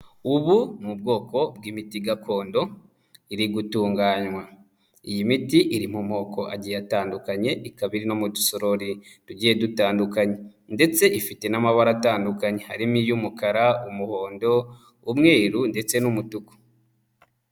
Ubu ni bwoko bw'imiti gakondo iri gutunganywa, iyi miti iri mu moko agiye atandukanye ikaba iri no mu dusorori tugiye dutandukanye, ndetse ifite n'amabara atandukanye harimo iy'umukara, umuhondo, umweru ndetse n'umutuku.